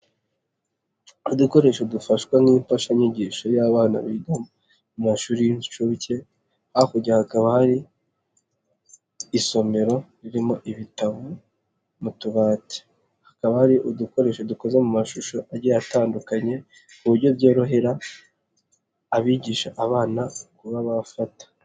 Udukoresho dufashwa nk'imfashanyigisho y'abana biga mu mashuri y'inshuke, hakurya hakaba hari isomero ririmo ibitabo mu tubati, hakaba hari udukoresho dukoze mu mashusho agiye atandukanye ku buryo byorohera abigisha abana kuba bafata.